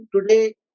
today